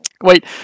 Wait